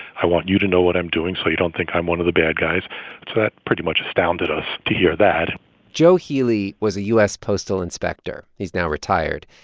i want you to know what i'm doing so you don't think i'm one of the bad guys. so that pretty much astounded us to hear that joe healy was a u s. postal inspector. he's now retired.